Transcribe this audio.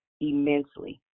immensely